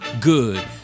good